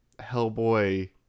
hellboy